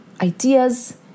ideas